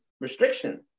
restrictions